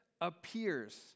appears